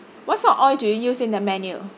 what sort of oil do you use in the menu